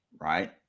right